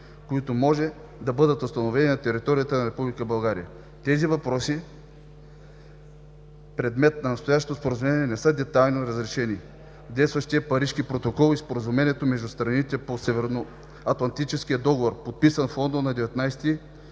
които може да бъдат установени на територията на Република България. Тези въпроси, предмет на настоящето Споразумение, не са детайлно разрешени в действащия Парижки протокол и Споразумението между страните по Северноатлантическия договор, подписан в Лондон на 19